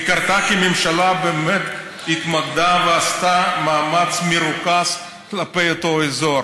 היא קרתה כי הממשלה באמת התמקדה ועשתה מאמץ מרוכז כלפי אותו אזור,